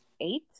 eight